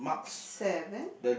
seven